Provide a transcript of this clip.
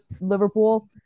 Liverpool